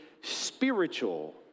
spiritual